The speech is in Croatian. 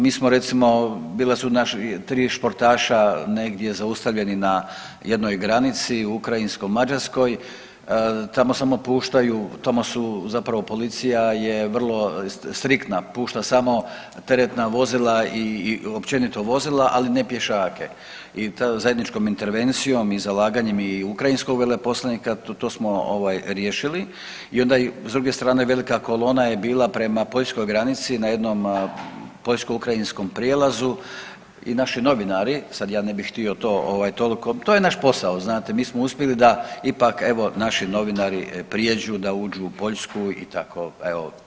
Mi smo recimo, bila su naša tri športaša negdje zaustavljeni na jednoj granici ukrajinsko-mađarskoj, tamo samo puštaju, tamo su zapravo, policija je vrlo striktna, pušta samo teretna vozila i općenito vozila, ali ne pješake i zajedničkom intervencijom i zalaganjem i ukrajinskog veleposlanika to smo ovaj riješili i onda s druge strane velika kolona je bila prema poljskoj granici, na jednom poljsko-ukrajinskom prijelazu i naši novinari, sad ja ne bih htio to ovaj tolko, to je naš posao znate, mi smo uspjeli da ipak evo naši novinari prijeđu, da uđu u Poljsku i tako evo.